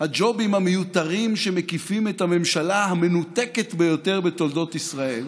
הג'ובים המיותרים שמקיפים את הממשלה המנותקת ביותר בתולדות ישראל,